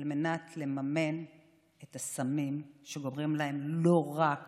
על מנת לממן את הסמים, שגומרים להם לא רק